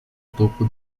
topo